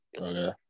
Okay